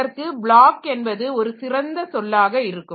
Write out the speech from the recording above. அதற்கு பிளாக் என்பது ஒரு சிறந்த சொல்லாக இருக்கும்